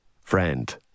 friend